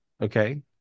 okay